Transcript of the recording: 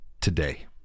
today